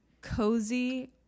cozy